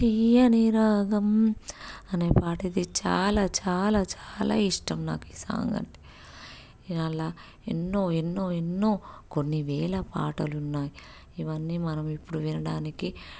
తియ్యని రాగం అనే పాటైతే చాలా చాలా చాలా ఇష్టం నాకీ సాంగ్ అంటే ఇలా ఎన్నో ఎన్నో ఎన్నో కొన్ని వేల పాటలున్నాయి ఇవన్నీ మనమిప్పుడు వినడానికి